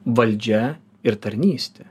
valdžia ir tarnystė